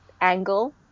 angle